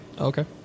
Okay